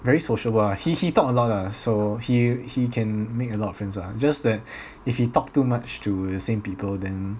very sociable ah he he talk a lot lah so he he can make a lot of friends ah just that if he talk too much to the same people then